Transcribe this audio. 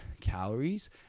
calories